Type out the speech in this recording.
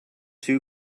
too